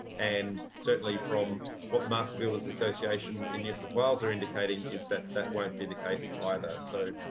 and certainly from what the master builders association in new south wales are indicating is that that won't be the case either. so